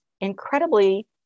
incredibly